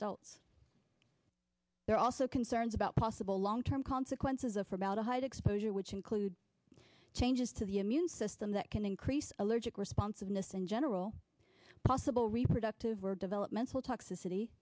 adults there are also concerns about possible long term consequences of formaldehyde exposure which include changes to the immune system that can increase allergic responsiveness in general possible reproductive or developmental toxicity